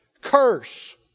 curse